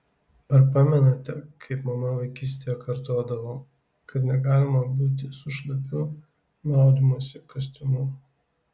ar pamenate kaip mama vaikystėje kartodavo kad negalima būti su šlapiu maudymosi kostiumu